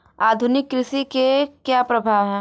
आधुनिक कृषि के क्या प्रभाव हैं?